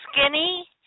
skinny